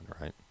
right